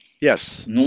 Yes